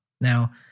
Now